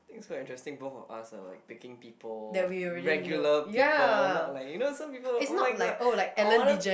it's quite interesting both of us are like picking people regular people not like you know some people oh-my-god I wanna